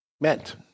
meant